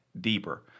deeper